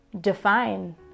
define